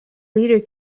leader